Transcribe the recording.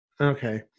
Okay